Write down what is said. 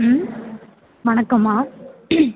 ம் வணக்கம்மா